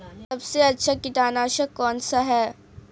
सबसे अच्छा कीटनाशक कौनसा है?